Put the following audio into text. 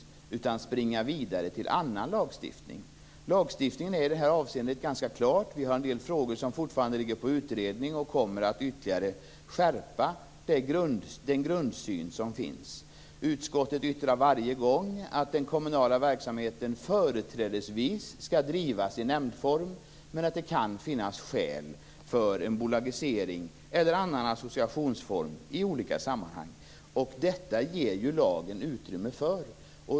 I stället vill de springa vidare till annan lagstiftning. Lagstiftningen är i det här avseendet ganska klar. En del frågor utreds fortfarande och kommer att ytterligare skärpa den grundsyn som finns. Utskottet yttrar varje gång att den kommunala verksamheten företrädesvis skall drivas i nämndform men att det kan finnas skäl för en bolagisering eller annan associationsform i olika sammanhang. Detta ger lagen utrymme för.